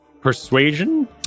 persuasion